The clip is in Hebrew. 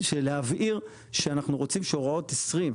להבהיר שאנחנו רוצים שהוראות 20,